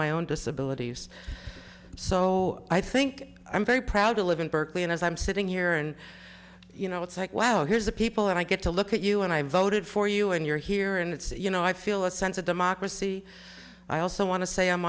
my own disability so i think i'm very proud to live in berkeley and as i'm sitting here and you know it's like wow here's a people and i get to look at you and i voted for you and you're here and it's you know i feel a sense of democracy i also want to say i'm